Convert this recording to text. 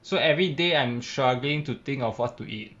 so every day I'm struggling to think of what to eat